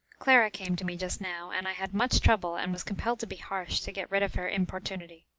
clara came to me just now, and i had much trouble, and was compelled to be harsh, to get rid of her importunity.